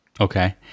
Okay